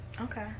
Okay